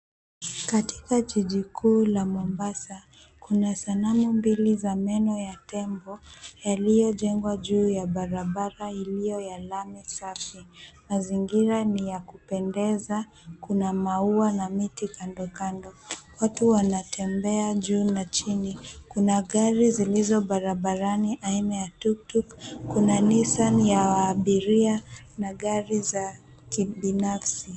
Katika jiji kuu la Mombasa, kuna sanamu mbili ya meno ya tembo, yaliyojengwa juu ya barabara iliyo ya lami safi. Mazingira ni ya kupendeza, kuna maua na miti kando kando. Watu wanatembea juu na chini. Kuna gari zilizo barabarani aina ya tuktuk, kuna Nissan ya abiria, na gari za kibinafsi.